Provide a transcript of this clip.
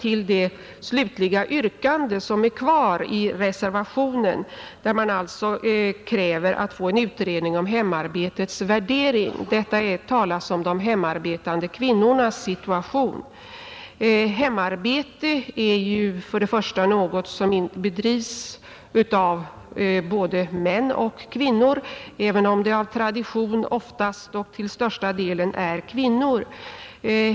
I det slutliga yrkande som är kvar i reservationen krävs bara en utredning om hemarbetets värdering, Det talas om de hemarbetande kvinnornas situation, Hemarbete är ju något som bedrivs av både män och kvinnor, även om det av tradition oftast och till största delen utförs av kvinnor.